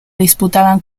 disputaban